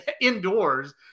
indoors